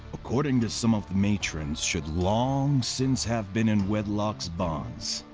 according to some of the matrons, should long since have been in wedlock's bonds.